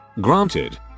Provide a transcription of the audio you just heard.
granted